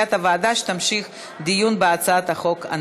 לקביעת הוועדה להמשך דיון בהצעת החוק.